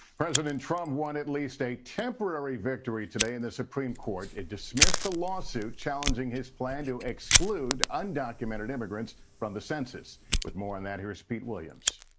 president trump won at least a temporary victory today in the supreme court. it dismissed a lawsuit challenging his plan to exclude undocumented immigrants from the census with more and that here's pete williams.